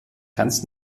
ganz